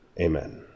Amen